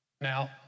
Now